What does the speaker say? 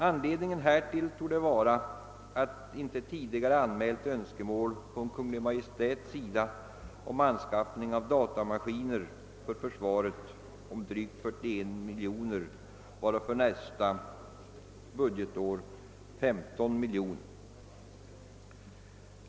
Anledningen härtill torde vara ett inte tidigare anmält önskemål från Kungl. Maj:ts sida om anskaffning av datamaskiner för försvaret på drygt 41 miljoner, varav för nästa budgetår 15 miljoner.